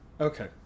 Okay